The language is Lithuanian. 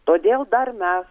todėl dar mes